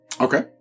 Okay